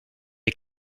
les